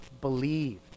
believed